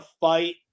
fight